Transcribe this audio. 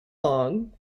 long